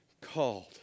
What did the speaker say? called